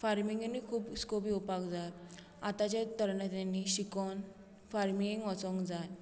फार्मींगेनूय खूब स्कोप येवपाक जाय आतांच्या तरणाट्यांनी शिकोन फार्मींगेक वचोंक जाय